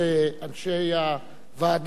אני הייתי רוצה לאחר ההצבעה,